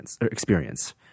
experience